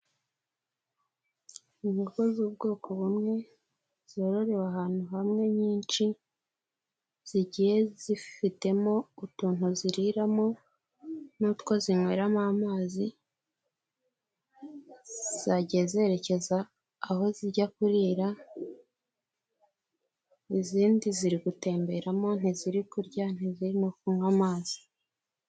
Inkoko z'ubwoko bumwe, zororewe ahantu hamwe nyinshi, zigiye zifitemo utuntu ziriramo n'utwo zinyweramo amazi, zagiye zerekeza aho zijya kurira; izindi ziri gutemberamo, ntiziri kurya, ntiziri no kunywa amazi.